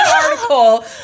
article